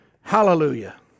Hallelujah